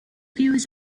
viewers